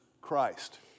Christ